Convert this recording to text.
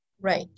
right